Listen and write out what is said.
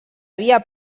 havia